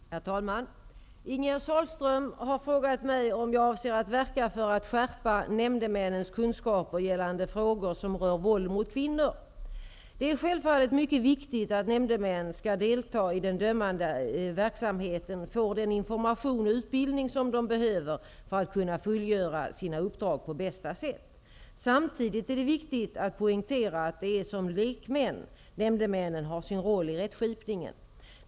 Herr talman! Ingegerd Sahlström har frågat mig om jag avser att verka för att skärpa nämndemänens kunskaper gällande frågor som rör våld mot kvinnor. Det är självfallet mycket viktigt att nämndemän som skall delta i den dömande verksamheten får den information och utbildning som de behöver för att kunna fullgöra sina uppdrag på bästa sätt. Samtidigt är det viktigt att poängtera att det är som lekmän nämndemännen har sin roll i rättskipningen.